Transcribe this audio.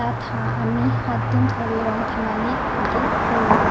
তাত সা আমি সাতদিন ধৰি ৰং ধেমালি আদি কৰোঁ